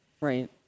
right